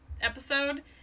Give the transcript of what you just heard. episode